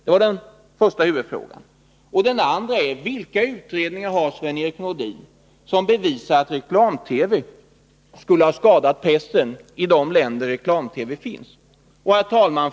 Den andra frågan är: Vilka utredningar har Sven-Erik Nordin som bevisar att reklam-TV skulle ha skadat pressen i de länder där reklam-TV finns?